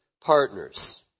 partners